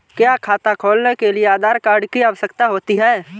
क्या खाता खोलने के लिए आधार कार्ड की आवश्यकता होती है?